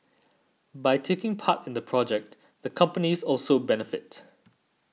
by taking part in the project the companies also benefit